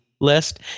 list